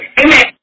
amen